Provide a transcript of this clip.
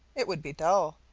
it would be dull.